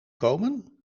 komen